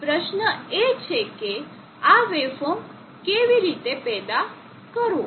તેથી પ્રશ્ન એ છે કે આ વેવફોર્મ કેવી રીતે પેદા કરવો